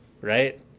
right